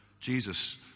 Jesus